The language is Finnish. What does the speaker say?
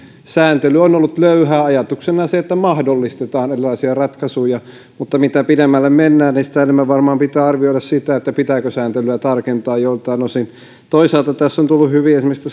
sääntely on ollut löyhää ajatuksena se että mahdollistetaan erilaisia ratkaisuja mutta mitä pidemmälle mennään sitä enemmän varmaan pitää arvioida sitä pitääkö sääntelyä tarkentaa joiltain osin toisaalta tässä on tullut hyvin esimerkiksi